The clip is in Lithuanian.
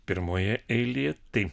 pirmoje eilėje tai